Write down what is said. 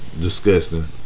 disgusting